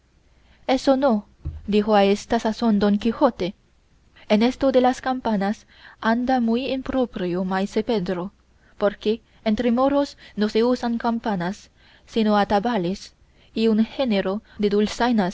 eso no dijo a esta sazón don quijote en esto de las campanas anda muy impropio maese pedro porque entre moros no se usan campanas sino atabales y un género de